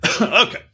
Okay